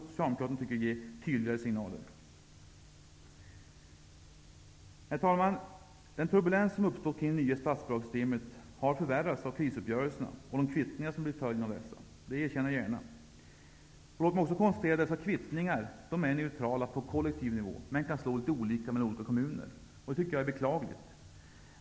Socialdemokraterna måste ge tydligare signaler om detta. Herr talman! Den turbulens som har uppstått kring det nya statsbidragssystemet har förvärrats av krisuppgörelserna och de kvittningar som blev följden av dessa. Det erkänner jag gärna. Låt mig också konstatera att dessa kvittningar är neutrala på kollektiv nivå, men de kan slå litet olika mellan olika kommuner. Det är beklagligt.